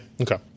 okay